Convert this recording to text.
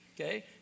Okay